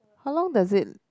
how long does it